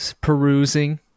perusing